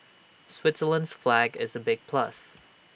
Switzerland's flag is A big plus